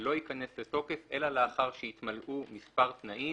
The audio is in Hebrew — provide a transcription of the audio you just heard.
לא ייכנס לתוקף אלא לאחר שהתמלאו מספר תנאים,